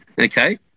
Okay